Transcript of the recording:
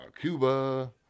Cuba